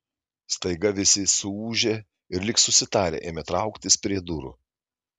staiga visi suūžė ir lyg susitarę ėmė trauktis prie durų